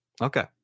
Okay